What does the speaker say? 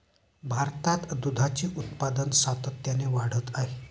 भारतात दुधाचे उत्पादन सातत्याने वाढत आहे